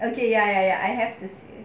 okay ya ya ya I have to say